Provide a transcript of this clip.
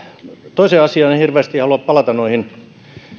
toiseen asiaan en hirveästi halua palata